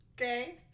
Okay